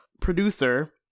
producer